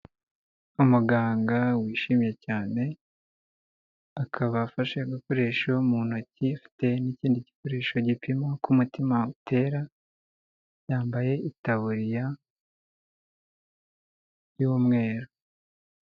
Umuganga wishimye cyane, akaba afashe agakoresho mu ntoki afite n'ikindi gikoresho gipima ku mutima utera, yambaye itaburiya y'umweru.